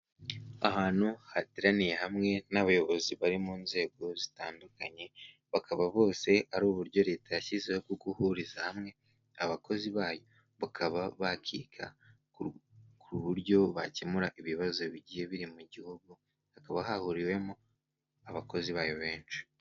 Ahantu hateraniye hamwe n'abayobozi bari mu nzego zitandukanye, bakaba bose ari uburyo leta yashyize bwo guhuriza hamwe abakozi bayo, bakaba bakika ku buryo bakemura ibibazo bigiye biri mu gihugu, hakaba hahuriwemo abakozi bayo benshi.